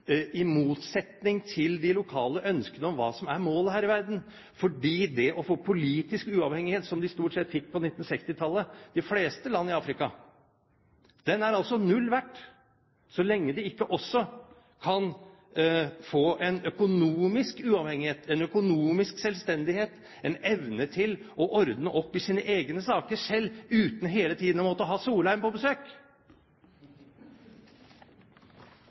de lokale ønskene om hva som er målet her i verden, for det å få politisk uavhengighet, som de stort sett fikk på 1960-tallet, de fleste land i Afrika, er null verdt så lenge de ikke også kan få en økonomisk uavhengighet, en økonomisk selvstendighet, en evne til å ordne opp i sine egne saker selv uten hele tiden å måtte ha Solheim på besøk!